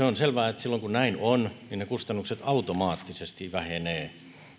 on selvää että kun näin on kustannukset automaattisesti vähenevät